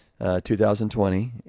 2020